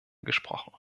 gesprochen